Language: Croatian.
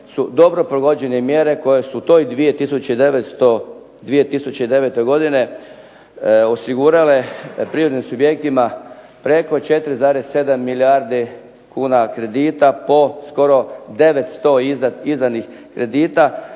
su dobro rovođene mjere koje su u toj 2009. ..../. godine osigurale …/Ne razumije se./… subjektima preko 4,7 milijardi kuna kredita po skoro 900 izdanih kredita,